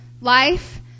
life